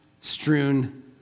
Strewn